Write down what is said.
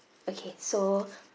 okay so